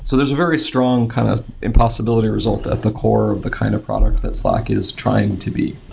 so there's a very strong kind of impossibility result at the core of the kind of product that slack is trying to be.